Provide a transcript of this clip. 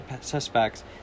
suspects